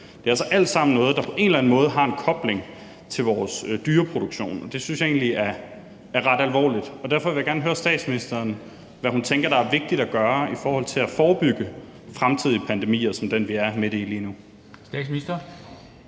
Det er altså alt sammen noget, der på en eller anden måde har en kobling til vores dyreproduktion, og det synes jeg egentlig er ret alvorligt. Derfor vil jeg gerne høre statsministeren, hvad hun tænker der er vigtigt at gøre i forhold til at forebygge fremtidige pandemier som den, vi er midt i lige nu.